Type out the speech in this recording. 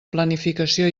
planificació